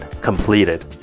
completed